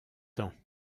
temps